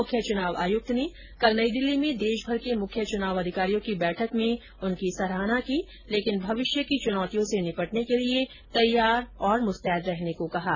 मुख्य चुनाव आयुक्त ने कल नई दिल्ली में देश भर के मुख्य चुनाव अधिकारियों की बैठक में उनकी सराहना की लेकिन भविष्य की चुनौतियों से निपटने के लिए तैयार और मुस्तैद रहने को भी कहा है